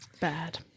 Bad